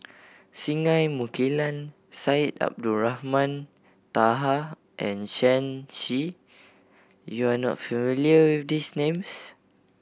Singai Mukilan Syed Abdulrahman Taha and Shen Xi you are not familiar with these names